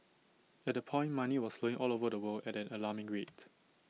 at that point money was flowing all over the world at an alarming rate